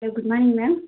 hello good morning ma'am